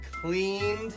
cleaned